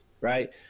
right